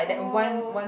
oh